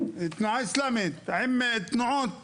התנועה האסלאמית עם תנועות שונות,